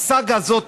הסאגה הזאת,